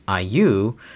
IU